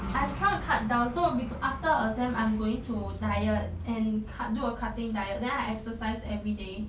I'm trying to cut down so be~ after exam I'm going to diet and cut do a cutting diet then I exercise everyday